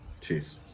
Cheers